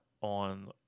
on